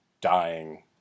dying